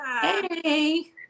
Hey